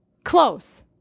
Close